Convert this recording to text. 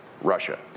Russia